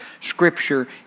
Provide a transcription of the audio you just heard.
scripture